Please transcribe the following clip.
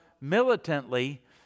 militantly